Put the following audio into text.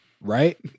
Right